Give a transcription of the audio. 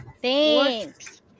thanks